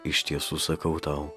iš tiesų sakau tau